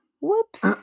Whoops